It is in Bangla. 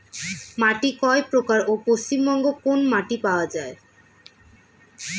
মাটি কয় প্রকার ও পশ্চিমবঙ্গ কোন মাটি পাওয়া য়ায়?